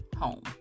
home